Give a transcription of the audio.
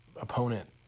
opponent